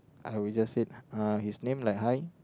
I will just say uh his name like hi